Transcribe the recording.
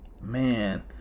man